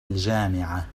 الجامعة